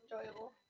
enjoyable